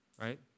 right